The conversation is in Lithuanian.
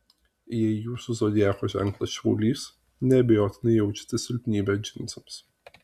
jei jūsų zodiako ženklas šaulys neabejotinai jaučiate silpnybę džinsams